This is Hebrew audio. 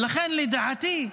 ולכן, לדעתי,